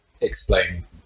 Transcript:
explain